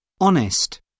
Honest